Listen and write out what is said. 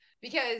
because-